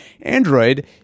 Android